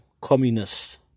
communist